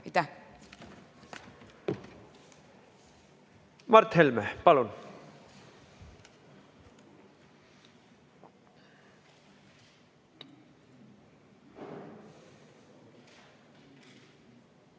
Mart Helme, palun!